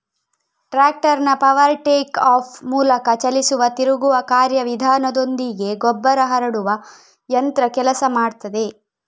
ಟ್ರಾಕ್ಟರ್ನ power take off ಮೂಲಕ ಚಲಿಸುವ ತಿರುಗುವ ಕಾರ್ಯ ವಿಧಾನದೊಂದಿಗೆ ಗೊಬ್ಬರ ಹರಡುವ ಯಂತ್ರ ಕೆಲಸ ಮಾಡ್ತದೆ